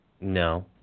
No